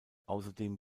ausserdem